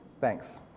Thanks